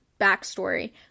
backstory